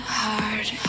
hard